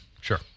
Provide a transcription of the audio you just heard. sure